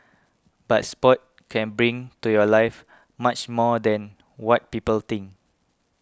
but sport can bring to your life much more than what people think